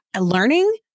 learning